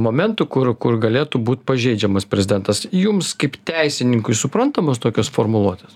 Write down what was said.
momentų kur kur galėtų būt pažeidžiamas prezidentas jums kaip teisininkui suprantamos tokios formuluotės